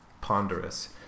ponderous